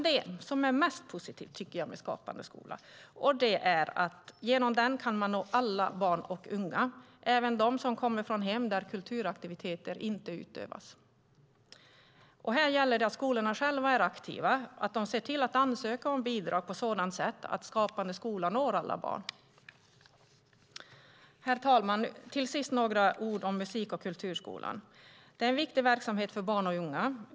Det som är mest positivt med Skapande skola är att man genom den kan nå alla barn och unga - även de som kommer från hem där kulturaktiviteter inte utövas. Här gäller det att skolorna själva är aktiva och ser till att ansöka om bidrag på sådant sätt att Skapande skola når alla barn. Herr talman! Till sist vill jag säga några ord om musik och kulturskolan. Det är en viktig verksamhet för barn och unga.